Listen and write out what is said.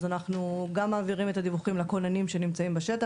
אז אנחנו גם מעבירים את הדיווחים לכוננים שנמצאים בשטח,